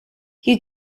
you